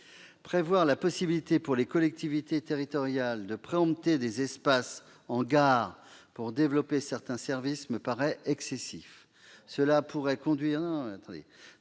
Prévoir la possibilité pour les collectivités territoriales de préempter des espaces en gare afin de développer certains services me paraît excessif. Cela pourrait conduire à désorganiser